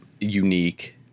unique